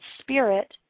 spirit